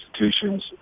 institutions